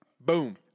boom